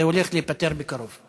זה הולך להיפתר בקרוב.